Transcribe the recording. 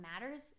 matters